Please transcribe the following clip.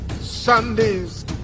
Sunday's